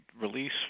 release